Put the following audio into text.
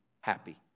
happy